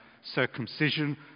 circumcision